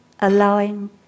allowing